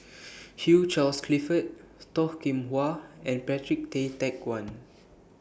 Hugh Charles Clifford Toh Kim Hwa and Patrick Tay Teck Guan